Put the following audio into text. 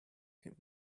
him